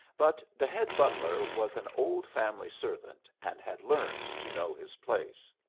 but the head butler was an old family servant, and had learned to know his place.